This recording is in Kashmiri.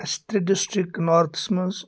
اَسہِ تہِ ڈِسٹِرک نارتھَس منٛز